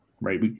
right